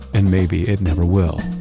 and maybe it never will.